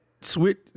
Switch